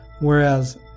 whereas